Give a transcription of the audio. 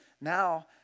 Now